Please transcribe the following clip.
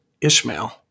Ishmael